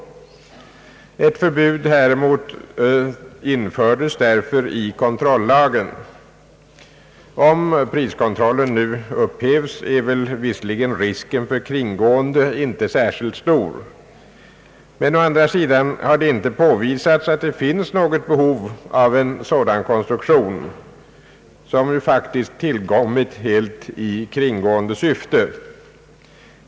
Ett förbud häremot infördes därför i kontrollagen. Om priskontrollen nu upphävs är visserligen risken för kringgående inte särskilt stor, men å andra sidan har det inte påvisats något behov av en sådan konstruktion, som ju faktiskt tillkommit helt i kringgående syfte.